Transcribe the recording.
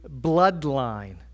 bloodline